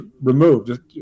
removed